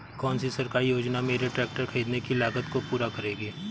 कौन सी सरकारी योजना मेरे ट्रैक्टर ख़रीदने की लागत को पूरा करेगी?